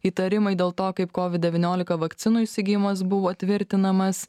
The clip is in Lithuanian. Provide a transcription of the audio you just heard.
įtarimai dėl to kaip covid devyniolika vakcinų įsigijimas buvo tvirtinamas